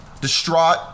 distraught